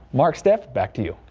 mark step back to you.